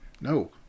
No